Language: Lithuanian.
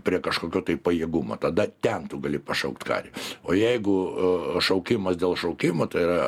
prie kažkokio tai pajėgumo tada ten tu gali pašaukt karį o jeigu šaukimas dėl šaukimo tai yra